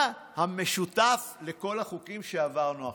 מה המשותף לכל החוקים שהעברנו עכשיו?